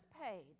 paid